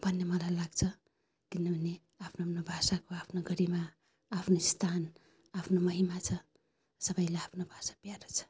भन्ने मलाई लाग्छ किनभने आफ्नो आफ्नो भाषाको आफ्नो गरिमा आफ्नो स्थान आफ्नो महिमा छ सबैलाई आफ्नो भाषा प्यारो छ